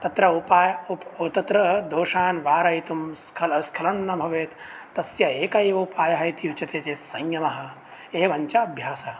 तत्र उपाय् तत्र दोषान् वारयितुं स्खल् स्खलनं न भवेत् तस्य एकः एव उपायः इति उच्यते चेत् संयमः एवञ्च अभ्यासः